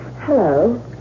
Hello